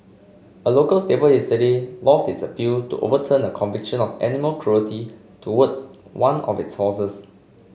a local stable yesterday lost its appeal to overturn a conviction of animal cruelty towards one of its horses